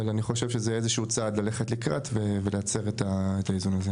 אבל אני חושב שזה איזה שהוא צעד ללכת לקראת ולייתר את האיזון הזה.